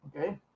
Okay